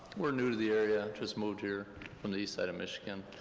we're new to the area, just moved here from the east side of michigan.